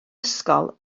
ysgol